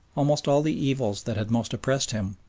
almost all the evils that had most oppressed him,